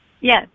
Yes